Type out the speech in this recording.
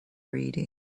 reading